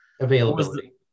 Availability